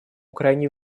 крайне